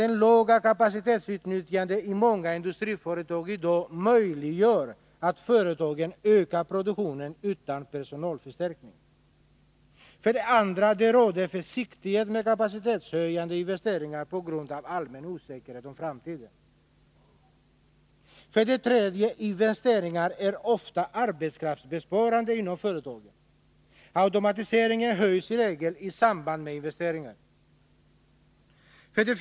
Det låga kapacitetsutnyttjandet i dag i många industriföretag möjliggör att företagen ökar produktionen utan personalförstärkning. 2. Det råder försiktighet med kapacitetshöjande investeringar på grund av allmän osäkerhet om framtiden. 3. Investeringar är ofta arbetskraftsbesparande inom företagen — automatiseringen höjs i regel i samband med investeringar. 4.